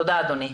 תודה, אדוני.